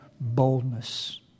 boldness